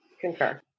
Concur